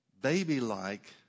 baby-like